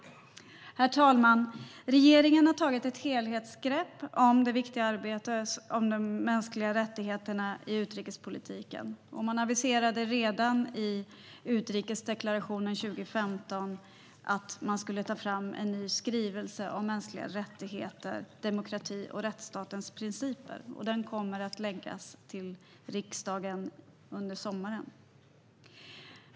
Herr talman! Regeringen har tagit ett helhetsgrepp om det viktiga arbetet för de mänskliga rättigheterna i utrikespolitiken. Man aviserade redan i utrikesdeklarationen 2015 att man skulle ta fram en ny skrivelse om mänskliga rättigheter, demokrati och rättsstatens principer. Den kommer att skickas till riksdagen under sommaren.